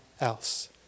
else